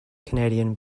canadian